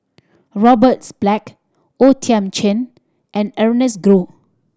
Roberts Black O Thiam Chin and Ernest Goh